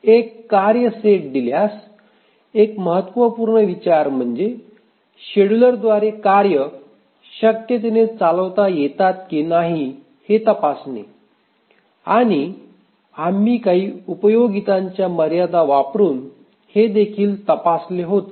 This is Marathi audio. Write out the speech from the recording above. एक कार्य सेट दिल्यास एक महत्त्वपूर्ण विचार म्हणजे शेड्यूलरद्वारे कार्य शक्यतेने चालवता येतात की नाही हे तपासणे आणि आम्ही काही उपयोगितांच्या मर्यादा वापरून हे देखील तपासले होते